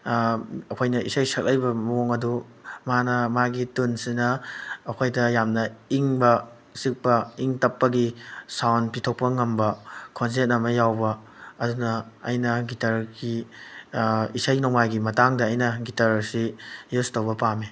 ꯑꯩꯈꯣꯏꯅ ꯏꯁꯩ ꯁꯛꯂꯛꯏꯕ ꯃꯑꯣꯡ ꯑꯗꯨ ꯃꯥꯅ ꯃꯥꯒꯤ ꯇꯨꯟꯁꯤꯅ ꯑꯩꯈꯣꯏꯗ ꯌꯥꯝꯅ ꯏꯪꯕ ꯆꯤꯛꯄ ꯏꯪ ꯇꯞꯄꯒꯤ ꯁꯥꯎꯟ ꯄꯤꯊꯣꯛꯄ ꯉꯝꯕ ꯈꯣꯟꯖꯦꯟ ꯑꯃ ꯌꯥꯎꯕ ꯑꯗꯨꯅ ꯑꯩꯅ ꯒꯤꯇꯔꯒꯤ ꯏꯁꯩ ꯅꯣꯡꯃꯥꯏꯒꯤ ꯃꯇꯥꯡꯗ ꯑꯩꯅ ꯒꯤꯇꯔꯁꯤ ꯌꯨꯁ ꯇꯧꯕ ꯄꯥꯝꯃꯦ